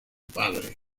padre